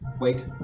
Wait